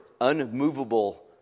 unmovable